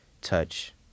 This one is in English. touch